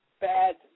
bad